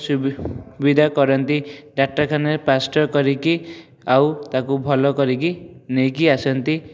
ସୁବିଧା କରନ୍ତି ଡ଼ାକ୍ତରଖାନାରେ ପ୍ଲାଷ୍ଟର୍ କରିକି ଆଉ ତାକୁ ଭଲ କରିକି ନେଇକି ଆସନ୍ତି